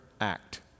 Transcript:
act